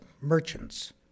Merchants